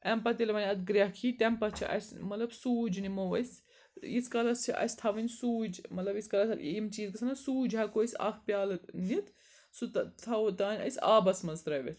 اَمہِ پَتہٕ ییٚلہِ وۄنۍ اَتھ گرٛیٚکھ یی تَمہِ پَتہٕ چھِ اسہِ مطلب سوٗجۍ نِمو أسۍ ییٖتِس کالَس چھِ اسہِ تھاوٕنۍ سوٗجۍ مطلب ییٖتِس کالَس یِم چیٖز گژھَن نا سوٗجۍ ہیٚکو أسۍ اَکھ پیٛالہٕ نِتھ سُہ تھاوٗو تانۍ أسۍ آبَس منٛز ترٛٲوِتھ